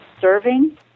serving